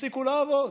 שהפסיקו לעבוד: